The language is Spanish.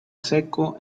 seco